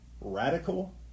radical